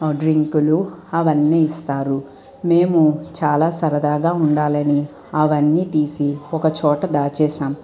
డ్రింకులు అవన్నీ ఇస్తారు మేము చాలా సరదాగా ఉండాలని అవన్నీ తీసి ఒకచోట దాచేశాం